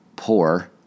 poor